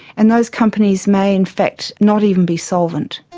and those companies may in fact not even be solvent.